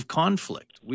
conflict